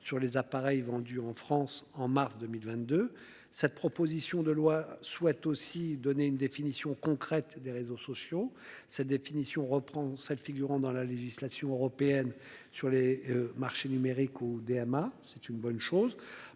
sur les appareils vendus en France en mars 2022. Cette proposition de loi souhaite aussi donner une définition concrète des réseaux sociaux cette définition reprend celle figurant dans la législation européenne sur les marchés numériques au DMA. C'est une bonne chose.